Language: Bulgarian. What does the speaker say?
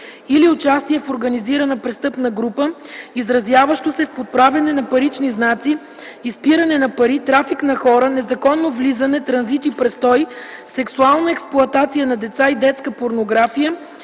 или участие в организирана престъпна група, изразяващо се в подправяне на парични знаци, изпиране на пари, трафик на хора, незаконно влизане, транзит и престой, сексуална експлоатация на деца и детска порнография